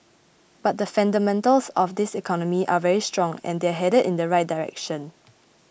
but the fundamentals of this economy are very strong and they're headed in the right direction